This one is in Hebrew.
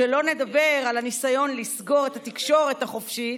שלא נדבר על הניסיון לסגור את התקשורת החופשית